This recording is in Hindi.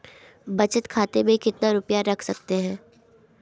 बचत खाते में कितना रुपया रख सकते हैं?